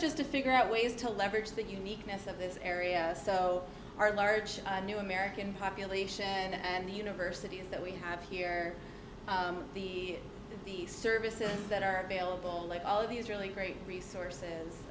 just to figure out ways to leverage that uniqueness of this area so our large new american population and the universities that we have here the the services that are available to all of these really great resources